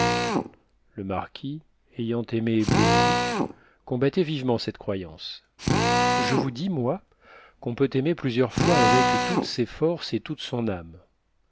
le marquis ayant aimé beaucoup combattait vivement cette croyance je vous dis moi qu'on peut aimer plusieurs fois avec toutes ses forces et toute son âme